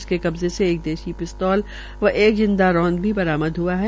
उसके कब्जे से एक देसी पिस्तोल व एक जिंदा रौद भी बरामद ह्आ है